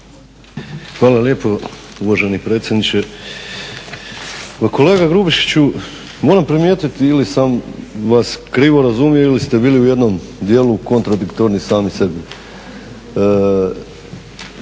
Hvala lijepo uvaženi predsjedniče. Pa kolega Grubišiću, moram primijetiti ili sam vas krivo razumio ili ste bili u jednom dijelu kontradiktorni sami sebi.